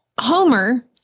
Homer